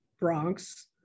Bronx